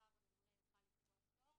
שהשר הממונה יוכל לקבוע פטור,